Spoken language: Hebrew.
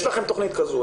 יש לכם תכנית כזאת?